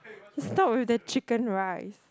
you stop with the chicken rice